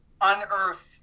unearth